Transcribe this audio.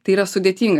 tai yra sudėtinga